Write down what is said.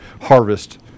harvest